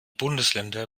bundesländer